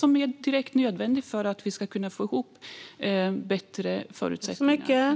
De är direkt nödvändiga för att vi ska kunna få bättre förutsättningar.